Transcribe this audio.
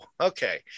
okay